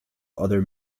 other